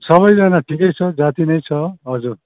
सबैजना ठिकै छ जाति नै छ हजुर